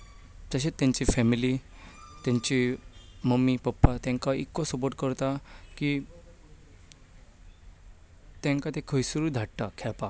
तशेंच तांची फेमीली ताची मम्मी पप्पा तांकां इतलो सपोर्ट करता की तांकां ते खंयसर धाडटा खेळपाक